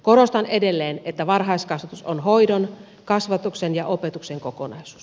korostan edelleen että varhaiskasvatus on hoidon kasvatuksen ja opetuksen kokonaisuus